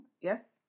Yes